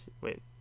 wait